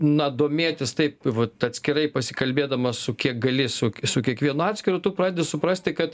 na domėtis taip vat atskirai pasikalbėdamas su kiek gali su su kiekvienu atskiru tu pradedi suprasti kad